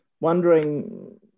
wondering